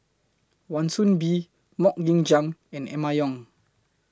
Wan Soon Bee Mok Ying Jang and Emma Yong